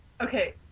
Okay